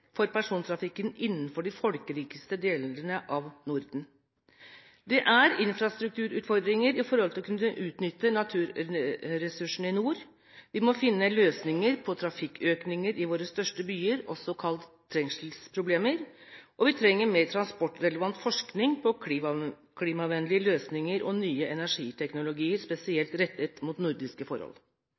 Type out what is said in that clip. for persontrafikken innenfor de mest folkerike delene av Norden. Det er infrastrukturutfordringer når det gjelder å kunne utnytte naturressursene i nord. Vi må finne løsninger på trafikkøkninger i våre største byer, også kalt trengselsproblemer, og vi trenger mer transportrelevant forskning på klimavennlige løsninger og nye energiteknologier rettet spesielt mot nordiske forhold.